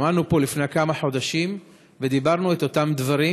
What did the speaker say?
עמדנו פה לפני כמה חודשים ודיברנו את אותם דברים,